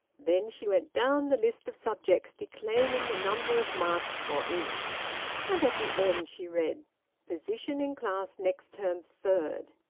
then she went down the list of subjects, declaiming the number of marks for each and at the end she read position in class next term third.